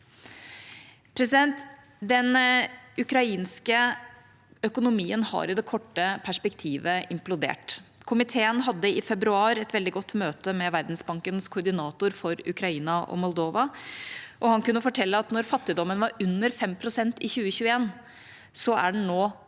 Den ukrainske økonomien har i det korte perspektivet implodert. Komiteen hadde i februar et veldig godt møte med Verdensbankens koordinator for Ukraina og Moldova, og han kunne fortelle at mens fattigdommen var under 5 pst. i 2021, er den nå over